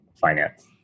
finance